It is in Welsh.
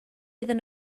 iddyn